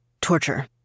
Torture